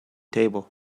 table